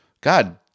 God